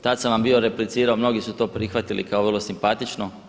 Tad sam vam bio replicirao, mnogi su to prihvatili kao vrlo simpatično.